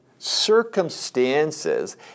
Circumstances